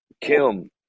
Kim